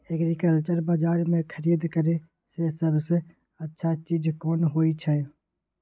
Agriculture बाजार में खरीद करे से सबसे अच्छा चीज कोन होय छै?